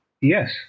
Yes